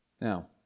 Now